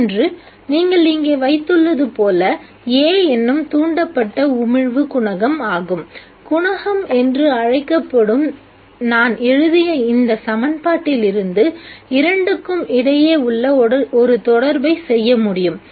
மற்றொன்று நீங்கள் இங்கே வைத்துள்ளது போல A என்னும் தூண்டப்பட்ட உமிழ்வு குணகம் ஆகும் குணகம் என்று அழைக்கப்படும் நான் எழுதிய இந்த சமன்பாட்டிலிருந்து இரண்டுக்கும் இடையே உள்ள ஒரு தொடர்பை செய்ய முடியும்